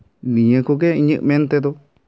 ᱱᱤᱭᱟᱹ ᱠᱚᱜᱮ ᱤᱧᱟᱹᱜ ᱢᱮᱱ ᱛᱮᱫᱚ